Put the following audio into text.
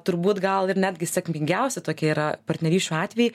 turbūt gal ir netgi sėkmingiausi tokie yra partnerysčių atvejai